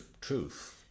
truth